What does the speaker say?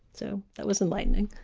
so that was enlightening